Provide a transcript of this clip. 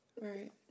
Right